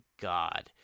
god